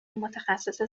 متخصص